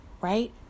right